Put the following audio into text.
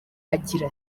agira